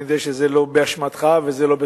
אני יודע שזה לא באשמתך וזה לא בתקופתך,